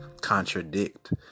contradict